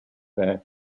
bay